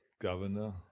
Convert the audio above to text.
governor